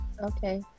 Okay